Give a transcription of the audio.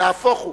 נהפוך הוא,